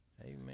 Amen